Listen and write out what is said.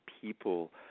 people